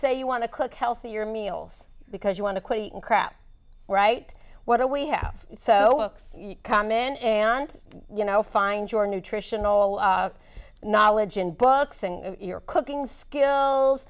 say you want to cook healthier meals because you want to quit eating crap right what do we have so come in and you know find your nutritional knowledge and books and your cooking skills